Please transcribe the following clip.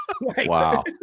Wow